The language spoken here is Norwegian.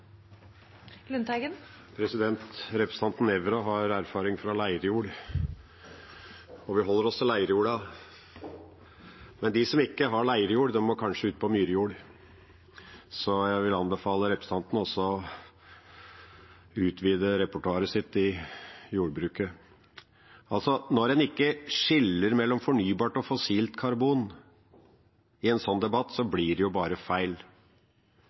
Representanten Nævra har erfaring fra leirjord, og vi holder oss til leirjorda. Men de som ikke har leirjord, må kanskje ut på myrjord, så jeg vil anbefale representanten å utvide repertoaret sitt innen jordbruk. Når en ikke skiller mellom fornybart og fossilt karbon i en sånn debatt, blir det jo bare feil.